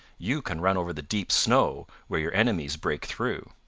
you can run over the deep snow where your enemies break through.